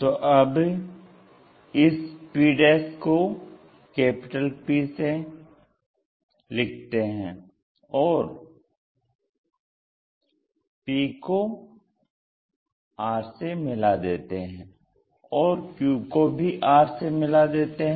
तो अब इस p को P से लिखते हैं और P को R से मिला देते हैं और Q को भी R से मिला देते हैं